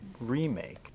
remake